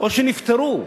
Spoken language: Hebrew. או שנפטרו,